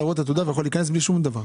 להראות תעודה ולהיכנס בלי שום דבר.